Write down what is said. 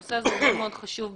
שהנושא הזה מאוד-מאוד חשוב,